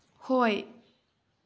ꯍꯣꯏ